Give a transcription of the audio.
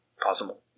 possible